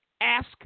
Ask